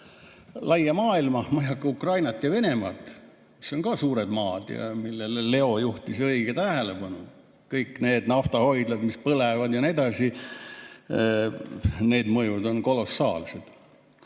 ma ei hakka mainima Ukrainat ja Venemaad, mis on ka suured maad ja millele juhtis õigesti tähelepanu Leo. Kõik need naftahoidlad, mis põlevad, ja nii edasi, need mõjud on kolossaalsed.